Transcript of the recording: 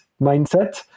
mindset